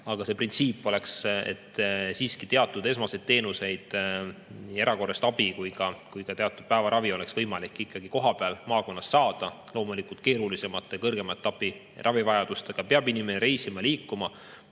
Aga see printsiip peaks olema selline, et teatud esmaseid teenuseid, nii erakorralist abi kui ka teatud päevaravi oleks võimalik ikkagi kohapeal maakonnas saada. Loomulikult, keerulisemate kõrgema etapi ravivajadustega peab inimene reisima, liikuma,